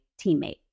teammate